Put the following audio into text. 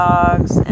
dogs